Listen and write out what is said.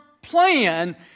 plan